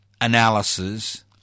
analysis